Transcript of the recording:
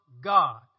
God